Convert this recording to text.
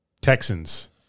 Texans